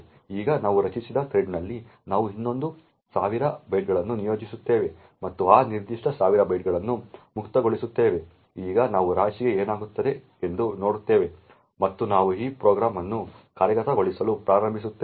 ಈಗ ನಾವು ರಚಿಸಿದ ಥ್ರೆಡ್ನಲ್ಲಿ ನಾವು ಇನ್ನೊಂದು ಸಾವಿರ ಬೈಟ್ಗಳನ್ನು ನಿಯೋಜಿಸುತ್ತೇವೆ ಮತ್ತು ಆ ನಿರ್ದಿಷ್ಟ ಸಾವಿರ ಬೈಟ್ಗಳನ್ನು ಮುಕ್ತಗೊಳಿಸುತ್ತೇವೆ ಈಗ ನಾವು ರಾಶಿಗೆ ಏನಾಗುತ್ತದೆ ಎಂದು ನೋಡುತ್ತೇವೆ ಮತ್ತು ನಾವು ಈ ಪ್ರೋಗ್ರಾಂ ಅನ್ನು ಕಾರ್ಯಗತಗೊಳಿಸಲು ಪ್ರಾರಂಭಿಸುತ್ತೇವೆ